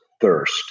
thirst